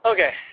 Okay